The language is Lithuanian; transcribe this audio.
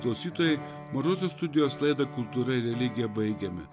klausytojai mažosios studijos laidą kultūra ir religija baigėme